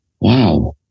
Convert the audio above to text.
Wow